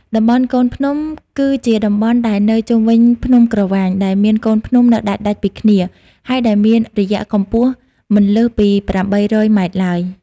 តំបន់កូនភ្នំ គឺជាតំបន់ដែលនៅជុំវិញភ្នំក្រវាញ ដែលមានកូនភ្នំ នៅដាច់ៗពីគ្នា ហើយដែលមានរយៈកំពស់មិនលើសពី ៨០០ ម៉ែត្រឡើយ ។